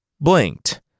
blinked